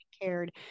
cared